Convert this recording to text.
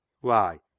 Why